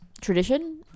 tradition